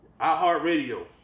iHeartRadio